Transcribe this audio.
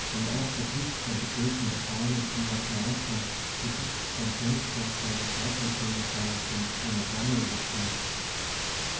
sein erster blick beim betreten des raumes fiel auf martha die dicht beim fenster vor einer schreibmaschine saß und stenogramme übertrug